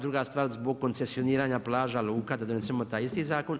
Druga stvar, zbog koncesioniranja plaža, luka da donesemo taj isti zakon.